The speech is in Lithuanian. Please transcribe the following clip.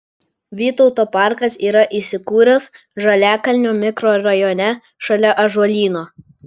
vytauto parkas yra įsikūręs žaliakalnio mikrorajone šalia ąžuolyno